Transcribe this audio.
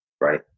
Right